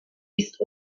ist